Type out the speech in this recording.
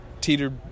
teetered